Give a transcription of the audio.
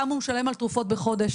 כמה הוא משלם על תרופות בחודש,